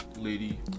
lady